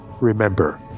Remember